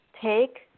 take